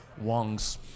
Wong's